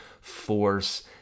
force